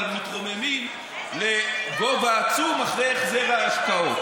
אבל מתרוממים לגובה עצום אחרי החזר ההשקעות.